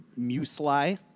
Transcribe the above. muesli